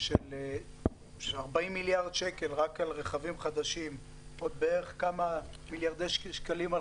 של 40 מיליארד שקל רק על רכבים חדשים ועוד כמה מיליארדי שקלים על